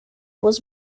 was